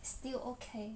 still ok